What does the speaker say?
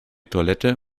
toilette